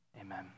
Amen